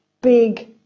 big